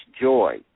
joy